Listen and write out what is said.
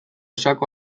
saco